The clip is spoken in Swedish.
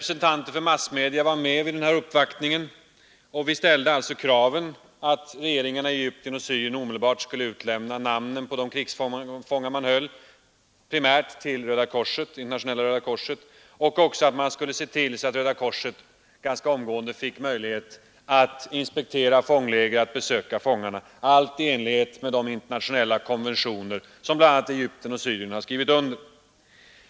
I denna uppvaktning deltog också representanter för massmedierna, och vi ställde som sagt kravet att regeringarna i Egypten och Syrien omedelbart, primärt till Internationella röda korset, skulle utlämna namnen på de krigsfångar man fortfarande höll kvar samt att man skulle se till att Röda korset omedelbart fick möjligheter att besöka fångarna och inspektera fånglägren, allt i enlighet med de internationella konventioner som bl.a. Egypten och Syrien har skrivit under.